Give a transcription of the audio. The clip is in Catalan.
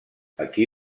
aquí